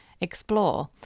explore